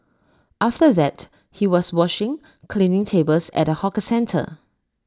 after that he was washing cleaning tables at A hawker centre